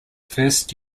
first